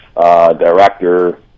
director